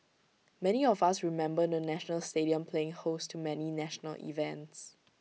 many of us remember the national stadium playing host to many national events